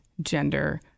gender